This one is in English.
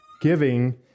giving